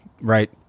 right